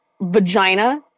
vagina